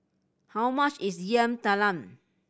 how much is Yam Talam